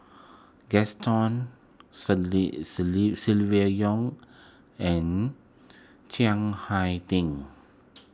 Gaston Yong and Chiang Hai Ding